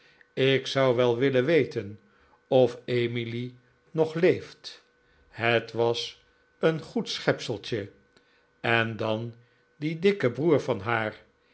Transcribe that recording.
ik zou wel willen weten of emily nog leeft het was een goed schepseltje en dan die dikke broer van haar